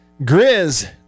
Grizz